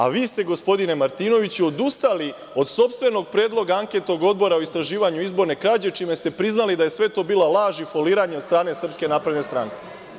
A, vi ste, gospodine Martinoviću, odustali od sopstvenog predloga anketnog odbora o istraživanju izborne krađe, čime ste priznali da je sve to bila laž i foliranje od strane SNS.